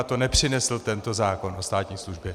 To nepřinesl tento zákon o státní službě.